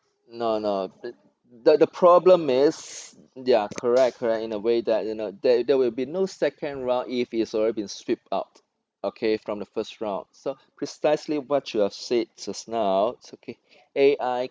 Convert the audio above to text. no no the the the problem is ya correct correct in a way that you know that there will be no second round if it's already been sweep out okay from the first round so precisely what you have said just now it's okay A_I